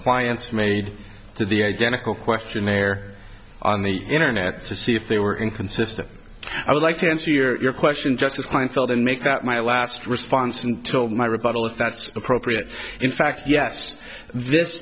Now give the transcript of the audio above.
clients made to the identical questionnaire on the internet to see if they were inconsistent i would like to answer your question just as kleinfeld and make that my last response until my rebuttal if that's appropriate in fact yes this